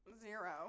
Zero